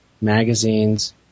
magazines